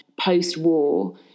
post-war